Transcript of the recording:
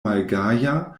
malgaja